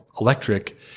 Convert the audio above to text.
electric